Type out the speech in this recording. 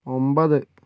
ഒമ്പത്